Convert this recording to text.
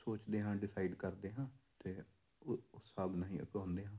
ਸੋਚਦੇ ਹਾਂ ਡਿਸਾਈਡ ਕਰਦੇ ਹਾਂ ਅਤੇ ਉਸ ਹਿਸਾਬ ਨਾਲ ਹੀ ਉਗਾਉਂਦੇ ਹਾਂ